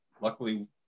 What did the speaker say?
luckily